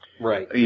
right